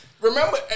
Remember